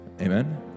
Amen